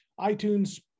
iTunes